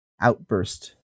outburst